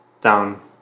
down